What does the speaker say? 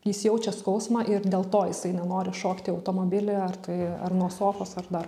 jis jaučia skausmą ir dėl to jisai nenori šokti į automobilį ar tai ar nuo sofos ar dar